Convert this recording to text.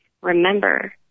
remember